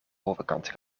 overkant